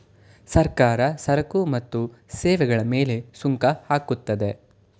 ಸರ್ಕಾರ ಸರಕು ಮತ್ತು ಸೇವೆಗಳ ಮೇಲೆ ಸುಂಕ ಹಾಕುತ್ತದೆ